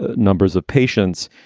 ah numbers of patients.